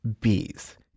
bees